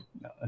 No